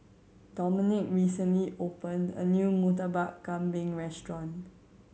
Dominik recently opened a new Murtabak Kambing restaurant